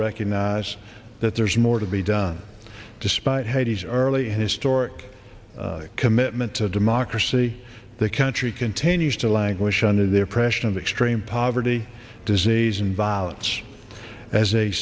recognize that there's more to be done despite haiti's early historic commitment to democracy the country continues to languish under the oppression of extreme poverty disease and violence as a